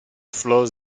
flows